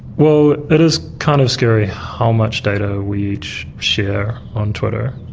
well, it is kind of scary how much data we each share on twitter.